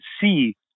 see